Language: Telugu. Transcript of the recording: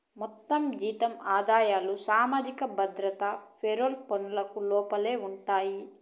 మొత్తం జీతం ఆదాయాలు సామాజిక భద్రత పెరోల్ పనులకు లోపలే ఉండాయి